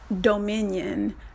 dominion